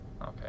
Okay